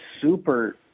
super